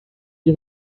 die